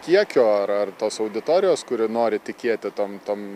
kiekio ar ar tos auditorijos kuri nori tikėti tom tom